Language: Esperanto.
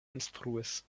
instruis